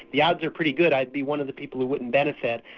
the odds are pretty good, i'd be one of the people who wouldn't benefit,